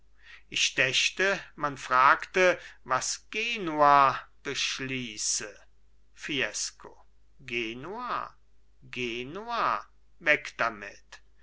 ich dächte man fragte was genua beschließe fiesco genua genua weg damit